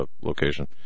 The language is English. location